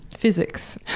Physics